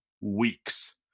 weeks